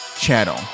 Channel